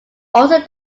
also